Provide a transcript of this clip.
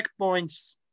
checkpoints